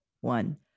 one